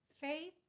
faith